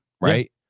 right